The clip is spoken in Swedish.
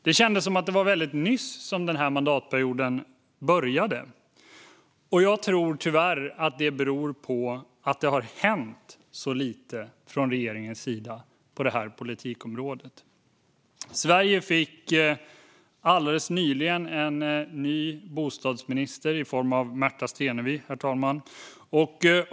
Det känns som att det var väldigt nyss som denna mandatperiod började. Jag tror tyvärr att det beror på att det har hänt så lite från regeringens sida på detta politikområde. Sverige fick alldeles nyligen en ny bostadsminister i form av Märta Stenevi, herr talman.